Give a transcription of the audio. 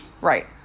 Right